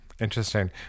Interesting